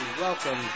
welcome